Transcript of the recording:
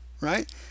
right